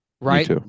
Right